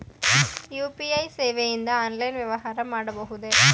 UPI ಸೇವೆಯಿಂದ online ವ್ಯವಹಾರ ಮಾಡಬಹುದೇ?